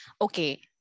okay